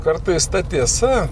kartais ta tiesa